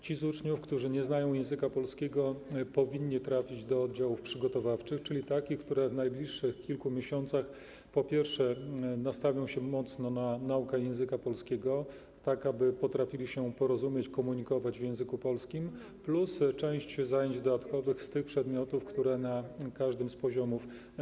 Ci z uczniów, którzy nie znają języka polskiego, powinni trafić do oddziałów przygotowawczych, czyli takich, które w najbliższych kilku miesiącach, po pierwsze, nastawią się mocno na naukę języka polskiego, tak aby dzieci potrafiły się porozumieć, komunikować w języku polskim, plus organizację części zajęć dodatkowych z tych przedmiotów, które powinny być wykładane na każdym z poziomów.